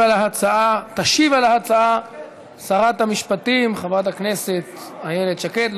תשיב על ההצעה שרת המשפטים חברת הכנסת איילת שקד.